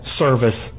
service